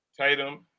Tatum